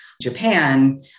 Japan